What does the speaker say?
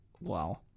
wow